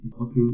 okay